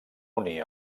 unir